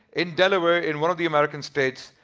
in delaware, in one of the american states,